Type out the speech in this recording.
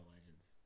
Legends